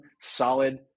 solid